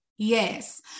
Yes